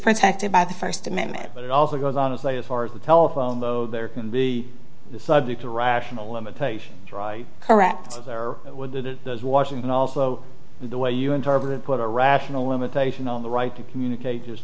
protected by the first amendment but it also goes on as late as far as the telephone there can be subject to rational limitations right correct there with the washington also the way you interpret it put a rational limitation on the right to communicate just